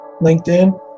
LinkedIn